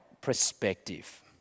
perspective